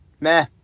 meh